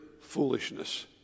foolishness